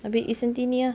habis izz nanti ni ah